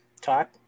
Talk